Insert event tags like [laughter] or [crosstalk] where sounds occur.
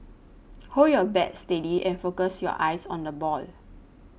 [noise] hold your bat steady and focus your eyes on the ball